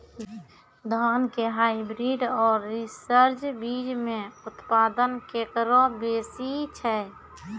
धान के हाईब्रीड और रिसर्च बीज मे उत्पादन केकरो बेसी छै?